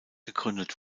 gegründet